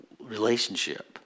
relationship